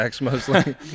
mostly